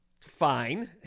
fine